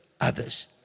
others